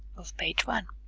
of page one